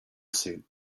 suit